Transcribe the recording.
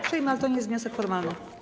Przyjmę go, ale to nie jest wniosek formalny.